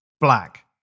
Black